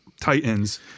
titans